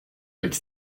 avec